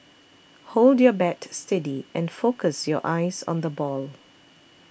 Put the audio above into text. hold your bat steady and focus your eyes on the ball